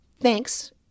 thanks